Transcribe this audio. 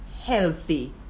healthy